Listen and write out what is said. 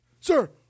Sir